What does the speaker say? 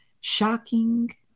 shocking